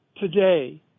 today